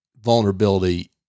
vulnerability